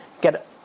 get